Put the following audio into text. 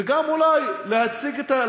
וגם אולי להציג את,